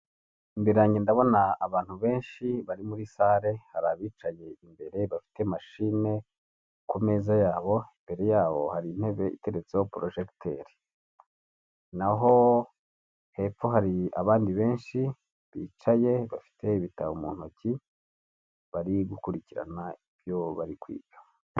Imbere yanjye ndabona abantu benshi bari muri salle, hari abicaye imbere bafite machine ku meza yabo, imbere yabo hari intebe iteretseho porojekiteri, naho hepfo hari abandi benshi, bicaye bafite ibitabo mu ntoki, bari gukurikirana ibyo bari kwiga.